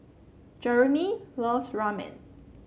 Jeremy loves Ramen